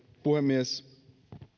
puhemies